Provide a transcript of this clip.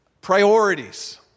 priorities